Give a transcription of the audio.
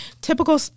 typical